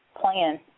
plan